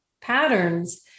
patterns